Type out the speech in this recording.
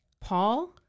Paul